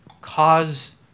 cause